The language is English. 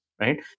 right